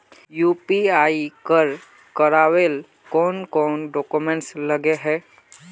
UPI कर करावेल कौन कौन डॉक्यूमेंट लगे है?